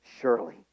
Surely